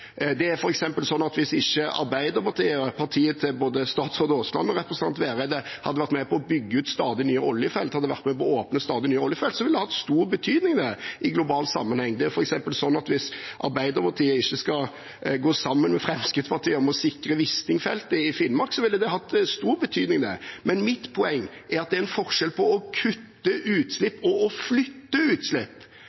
Det er f.eks. slik at hvis ikke Arbeiderpartiet, partiet til både statsråd Aasland og representant Vereide, hadde vært med på å bygge ut stadig nye oljefelt, hadde vært med på å åpne stadig nye oljefelt, så ville det hatt stor betydning i global sammenheng. Det er f.eks. slik at hvis Arbeiderpartiet ikke skal gå sammen med Fremskrittspartiet om å sikre Wisting-feltet i Finnmark, så ville det hatt stor betydning. Men mitt poeng er at det er en forskjell på å kutte